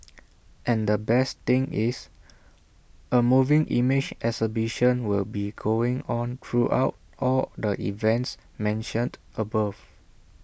and the best thing is A moving image exhibition will be going on throughout all the events mentioned above